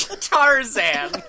Tarzan